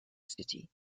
city